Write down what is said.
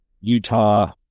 utah